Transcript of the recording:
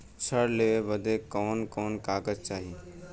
ऋण लेवे बदे कवन कवन कागज चाही?